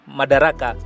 madaraka